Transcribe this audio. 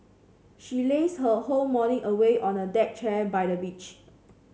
she lazed her whole morning away on a deck chair by the beach